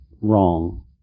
wrong